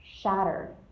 shattered